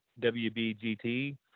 WBGT